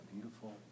beautiful